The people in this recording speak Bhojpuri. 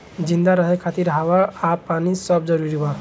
जिंदा रहे खातिर हवा आ पानी सब जरूरी बा